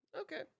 Okay